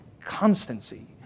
constancy